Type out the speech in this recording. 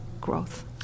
growth